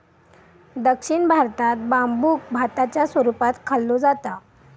दक्षिण भारतात बांबुक भाताच्या स्वरूपात खाल्लो जाता